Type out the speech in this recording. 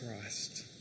Christ